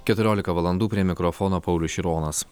keturiolika valandų prie mikrofono paulius šironas